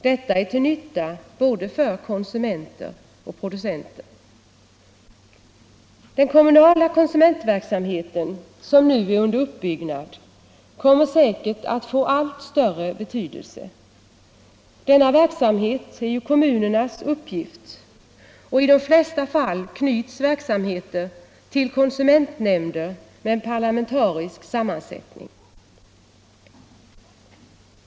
Detta är till nytta för både konsumenter och producenter. Den kommunala konsumentverksamhet som nu är under uppbyggnad kommer säkert att få allt större betydelse. I de flesta fall anknyts verksamheten till konsumentnämnder med parlamentarisk sammansättning.